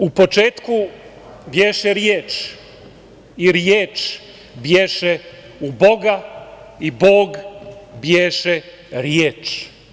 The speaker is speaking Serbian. U početku bješe riječ i riječ bješe u boga i bog bješe riječ.